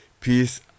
Peace